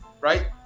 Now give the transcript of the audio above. right